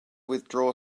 withdraw